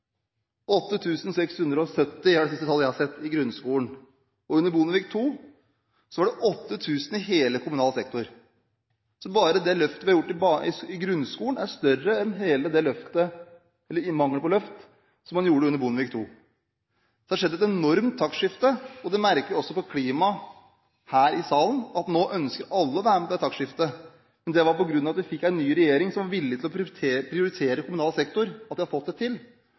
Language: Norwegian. det siste tallet jeg har sett, i grunnskolen. Og under Bondevik II var det 8 000 i hele kommunal sektor. Så bare det løftet vi har gjort i grunnskolen, er større enn hele løftet, eller mangel på løft, som man gjorde under Bondevik II. Det har skjedd et enormt taktskifte, og det merker vi også på klimaet her i salen – nå ønsker alle å være med på dette taktskiftet. Men det er på grunn av at vi fikk en ny regjering som var villig til å prioritere kommunal sektor, at vi har fått det til.